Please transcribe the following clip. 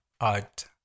art